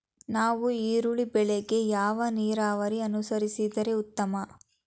ನಾವು ಈರುಳ್ಳಿ ಬೆಳೆಗೆ ಯಾವ ನೀರಾವರಿ ಅನುಸರಿಸಿದರೆ ಉತ್ತಮ?